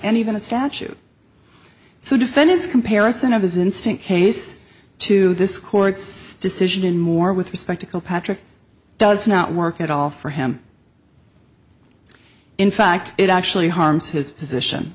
and even a statute so defendants comparison of his instant case to this court's decision in more with the spectacle patrick does not work at all for him in fact it actually harms his position